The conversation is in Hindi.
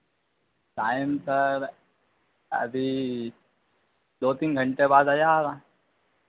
टाइम सर अभी दो तीन घंटे बाद आ जाएगा